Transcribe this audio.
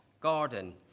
garden